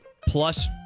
plus